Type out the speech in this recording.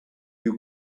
you